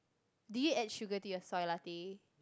do you add sugar to your soy latte